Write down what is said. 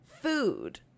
food